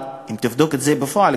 אם תבדוק את זה בפועל,